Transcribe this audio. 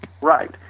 right